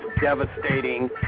devastating